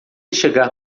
chegar